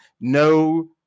no